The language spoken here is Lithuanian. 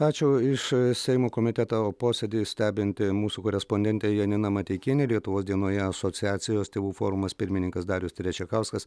ačiū iš seimo komiteto posėdį stebinti mūsų korespondentė janina mateikienė lietuvos dienoje asociacijos tėvų forumas pirmininkas darius terečiakauskas